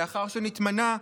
לאחר שנתמנה,